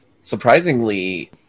surprisingly